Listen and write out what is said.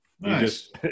Nice